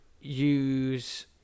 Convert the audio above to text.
use